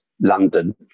London